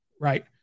right